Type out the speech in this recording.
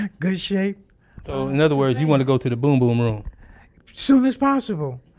good shape so, in other words, you want to go to the boom boom room soon as possible.